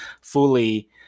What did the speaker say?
fully